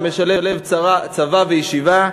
שמשלב צבא וישיבה,